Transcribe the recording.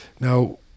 now